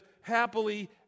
happily